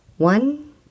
One